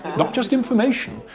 not just information,